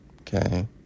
okay